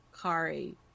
Kari